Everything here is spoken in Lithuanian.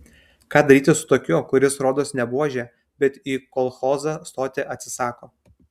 ką daryti su tokiu kuris rodos ne buožė bet į kolchozą stoti atsisako